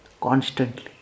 constantly